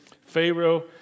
Pharaoh